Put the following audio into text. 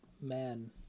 man